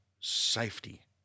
safety